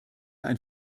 ein